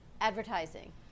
advertising